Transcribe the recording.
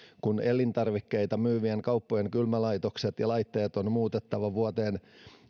kun elintarvikkeita myyvien kauppojen kylmälaitokset ja laitteet on muutettava vuoteen